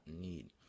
need